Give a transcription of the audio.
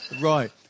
Right